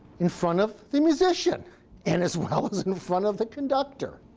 in front of the musician and as well in front of the conductor.